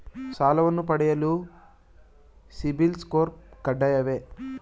ಸಾಲವನ್ನು ಪಡೆಯಲು ಸಿಬಿಲ್ ಸ್ಕೋರ್ ಕಡ್ಡಾಯವೇ?